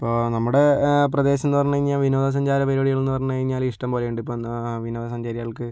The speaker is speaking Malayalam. ഇപ്പോൾ നമ്മുടെ പ്രദേശം എന്ന് പറഞ്ഞു കഴിഞ്ഞാൽ വിനോദ സഞ്ചാര പരിപാടികൾ എന്ന് പറഞ്ഞു കഴിഞ്ഞാൽ ഇഷ്ടംപോലെയുണ്ട് ഇപ്പം വിനോദസഞ്ചാരികൾക്ക്